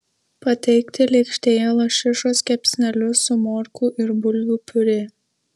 pateikti lėkštėje lašišos kepsnelius su morkų ir bulvių piurė